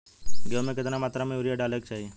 गेहूँ में केतना मात्रा में यूरिया डाले के चाही?